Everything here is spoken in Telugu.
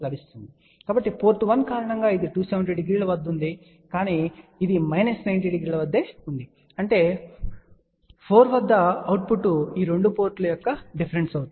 కానీ పోర్ట్ 1 కారణంగా ఇది 270 డిగ్రీల వద్ద ఉంది కానీ ఇది మైనస్ 90 డిగ్రీల వద్ద ఉంది అంటే 4 వద్ద అవుట్పుట్ ఈ 2 పోర్టుల యొక్క డిఫరెన్స్ అవుతుంది